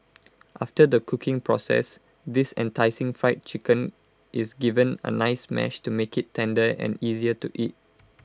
after the cooking process this enticing Fried Chicken is given A nice mash to make IT tender and easier to eat